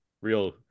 Real